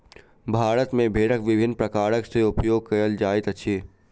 भारत मे भेड़क विभिन्न प्रकार सॅ उपयोग कयल जाइत अछि